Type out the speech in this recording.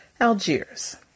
Algiers